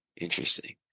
Interesting